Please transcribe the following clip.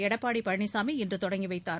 எடப்பாடி பழனிசாமி இன்று தொடங்கி வைத்தார்